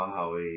Wow